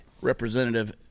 representative